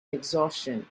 exhaustion